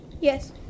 Yes